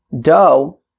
dough